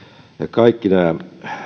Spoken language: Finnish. kaikki tämä